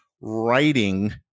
writing